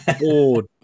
bored